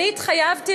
התחייבתי